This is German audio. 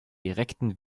direkten